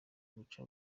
guca